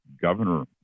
governor